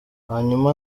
hanyuma